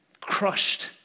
crushed